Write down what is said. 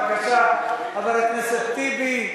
בבקשה, חבר הכנסת טיבי,